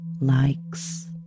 likes